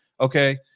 Okay